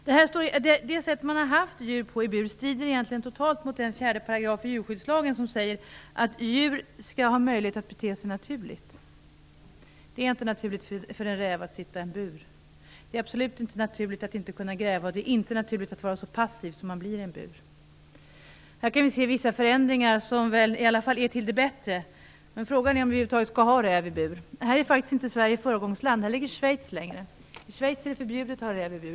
Det sätt som man har haft för att hålla djur i bur strider egentligen totalt mot 4 § djurskyddslagen, som säger att djur skall ha möjlighet att bete sig naturligt. Det är inte naturligt för en räv att sitta i en bur. Det är absolut inte naturligt för den att inte kunna gräva och inte heller att vara så passiv som den blir i en bur. Vi kan här se vissa förändringar som väl i varje fall är till det bättre, men frågan är om vi över huvud taget skall ha räv i bur. I det sammanhanget är Sverige faktiskt inte ett föregångsland. Schweiz har kommit längre. I Schweiz är det förbjudet att ha räv i bur.